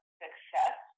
success